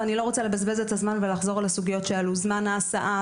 ואני לא רוצה לבזבז את הזמן ולחזור לסוגיות שעלו זמן הסעה,